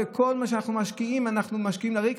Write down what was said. וכל מה שאנחנו משקיעים אנחנו משקיעים לריק.